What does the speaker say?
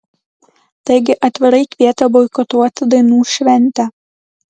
taigi atvirai kvietė boikotuoti dainų šventę